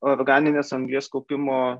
organinės anglies kaupimo